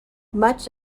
much